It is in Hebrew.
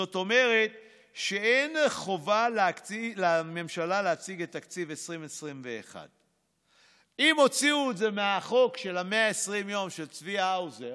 זאת אומרת שאין חובה לממשלה להציג את תקציב 2021. אם הוציאו את זה מהחוק של ה-120 יום של צבי האוזר,